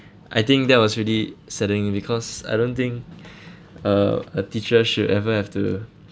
I think that was really saddening because I don't think uh a teacher should ever have to